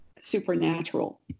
supernatural